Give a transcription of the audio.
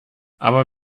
aber